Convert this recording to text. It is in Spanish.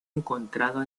encontrado